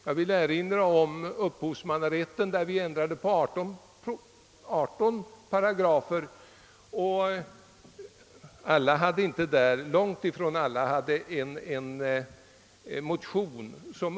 Jag vill er inra om lagen om upphovsmannarätten, där vi ändrade 18 paragrafer, och långt ifrån alla ändringarna föranleddes av en motion.